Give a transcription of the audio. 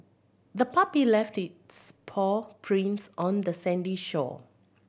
the puppy left its paw prints on the sandy shore